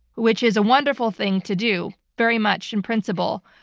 which is a wonderful thing to do very much in principle.